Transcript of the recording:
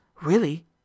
Really